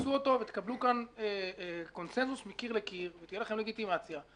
שתפרסו אותו ותקבלו כאן קונצנזוס מקיר לקיר ותהיה לכם לגיטימציה.